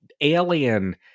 Alien